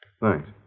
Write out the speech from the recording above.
Thanks